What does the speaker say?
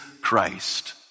Christ